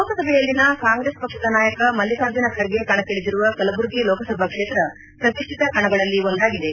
ಲೋಕಸಭೆಯಲ್ಲಿನ ಕಾಂಗೆಸ್ ಪಕ್ಷದ ನಾಯಕ ಮಲ್ಲಿಕಾರ್ಜುನ ಖರ್ಗೆ ಕಣಕ್ಕಿಳಿದಿರುವ ಕಲಬುರಗಿ ಲೋಕಸಭಾ ಕ್ಷೇತ್ರ ಪ್ರತಿಷ್ಟಿತ ಕಣಗಳಲ್ಲಿ ಒಂದಾಗಿದೆ